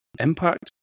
Impact